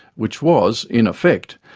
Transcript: which was, in effect,